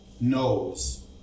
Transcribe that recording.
knows